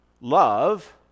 love